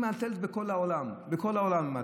היא מהתלת בכל העולם, בכל העולם היא מהתלת.